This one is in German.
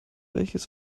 welches